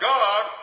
God